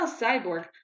cyborg